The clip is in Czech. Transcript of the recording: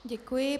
Děkuji.